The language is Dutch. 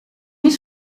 niet